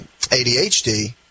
ADHD